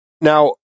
Now